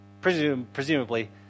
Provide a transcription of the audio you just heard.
Presumably